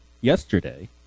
yesterday